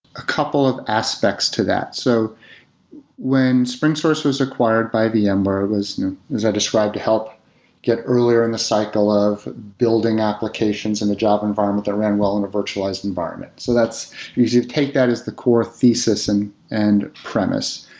a couple of aspects to that. so when springsource was acquired by vmware, it was as i described, help get earlier in the cycle of building applications in the job environment that ran well in a virtualized environment, so because you take that as the core thesis and and premise.